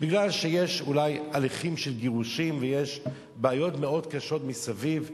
כי יש אולי הליכים של גירושים ויש בעיות מאוד קשות מסביב,